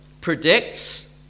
Predicts